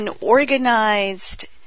organized